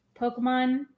Pokemon